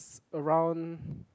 around